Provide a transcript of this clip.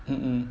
mm mm